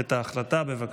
את ההחלטה, בבקשה.